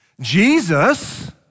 Jesus